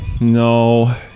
no